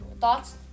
Thoughts